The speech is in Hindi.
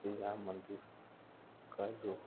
श्री राम मंदिर का जो